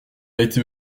été